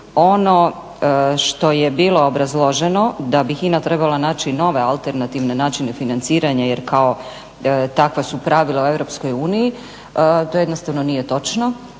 ono što je bilo obrazloženo da bi HINA trebala naći nove alternativne načine financiranja jer kao takva su pravila u EU, to jednostavno nije točno.